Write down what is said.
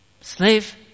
Slave